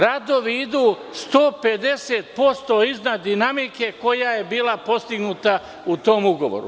Radovi idu 150% iznad dinamike koja je bila postignuta u tom ugovoru.